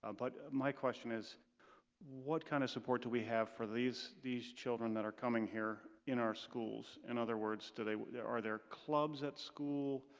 ah but my question is what kind of support do we have for these these children that are coming here in our schools in other words today? where are their clubs at school?